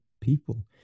people